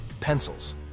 Pencils